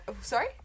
Sorry